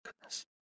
goodness